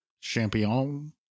Champion